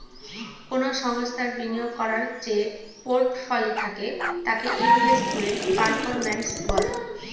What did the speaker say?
কোনো সংস্থার বিনিয়োগ করার যে পোর্টফোলি থাকে তাকে ইনভেস্টমেন্ট পারফরম্যান্স বলে